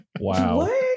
Wow